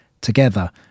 together